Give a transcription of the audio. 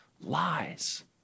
lies